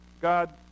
God